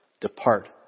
depart